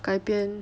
改变